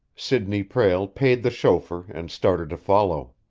sidney prale paid the chauffeur, and started to follow.